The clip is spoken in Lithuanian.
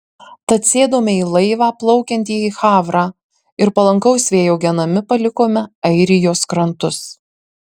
tad sėdome į laivą plaukiantį į havrą ir palankaus vėjo genami palikome airijos krantus